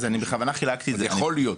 אז אני בכוונה חילקתי את זה --- יכול להיות.